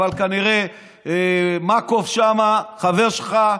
אבל כנראה מקוב שם חבר שלך,